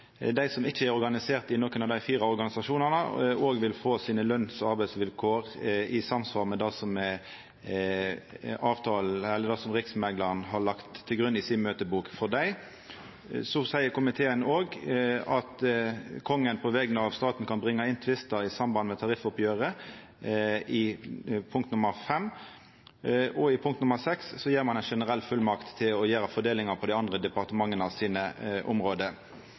dei som ikkje er organiserte i nokon av dei fire organisasjonane, òg vil få løns- og arbeidsvilkåra sine i samsvar med det Riksmeklaren har lagt til grunn i møteboka si for dei. Så seier komiteen òg, i punkt V, at Kongen på vegner av staten kan bringa inn tvistar i samband med tariffoppgjeret, og i punkt VI gjev ein ei generell fullmakt til å gjera fordelingar på dei andre departementa sine område.